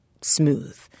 smooth